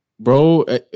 Bro